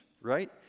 right